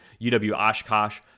UW-Oshkosh